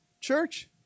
church